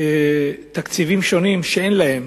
תקציבים שאין להן,